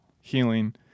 healing